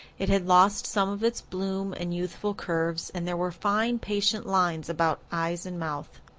it had lost some of its bloom and youthful curves, and there were fine, patient lines about eyes and mouth.